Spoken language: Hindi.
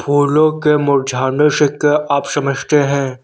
फूलों के मुरझाने से क्या आप समझते हैं?